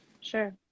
Sure